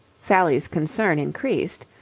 sally's concern increased.